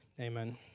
Amen